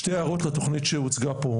שתי הערות לתוכנית שהוצגה פה,